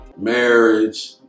marriage